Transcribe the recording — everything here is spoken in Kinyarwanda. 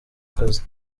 kazi